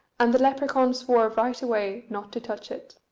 and the lepracaun swore right away not to touch it.